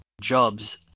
jobs